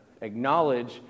acknowledge